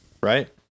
Right